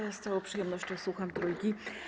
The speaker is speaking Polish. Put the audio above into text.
Ja z całą przyjemnością słucham Trójki.